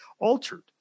Altered